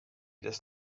does